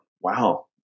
wow